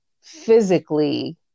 physically